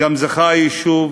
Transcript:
גם זכה היישוב